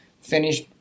finish